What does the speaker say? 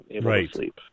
Right